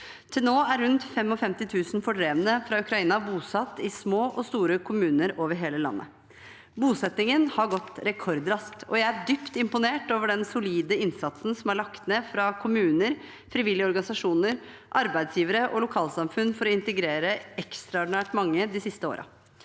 Til nå er rundt 55 000 fordrevne fra Ukraina bosatt i små og store kommuner over hele landet. Bosettingen har gått rekordraskt, og jeg er dypt imponert over den solide innsatsen som er lagt ned fra kommuner, frivillige organisasjoner, arbeidsgivere og lokalsamfunn for å integrere ekstraordinært mange de siste årene.